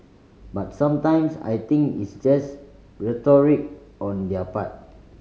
but sometimes I think it's just rhetoric on their